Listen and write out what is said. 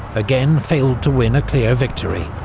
again failed to win a clear victory.